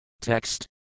Text